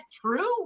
true